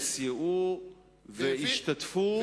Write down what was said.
שסייעו והשתתפו,